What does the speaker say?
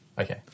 Okay